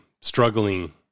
struggling